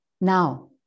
Now